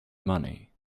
money